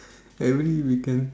every weekend